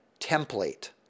template